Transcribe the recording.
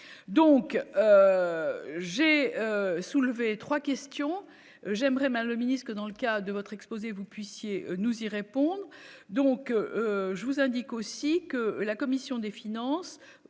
donc j'ai soulevé 3 questions, j'aimerais bien le ministre dans le cas de votre exposé vous puissiez nous y répondons donc je vous indique aussi que la commission des finances